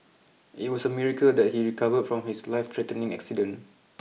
it was a miracle that he recovered from his life threatening accident